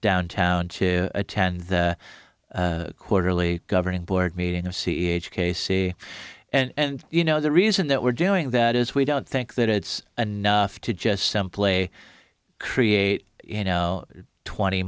downtown to attend the quarterly governing board meeting of c h k c and you know the reason that we're doing that is we don't think that it's enough to just some play create you know twenty